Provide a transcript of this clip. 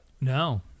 No